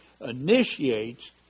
initiates